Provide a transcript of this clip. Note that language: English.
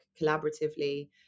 collaboratively